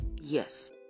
Yes